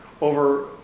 over